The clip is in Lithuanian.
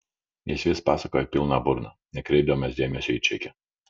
jis vis pasakojo pilna burna nekreipdamas dėmesio į čekį